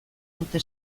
dute